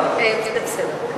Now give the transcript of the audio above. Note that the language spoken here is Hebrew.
כן, זה בסדר.